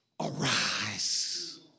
arise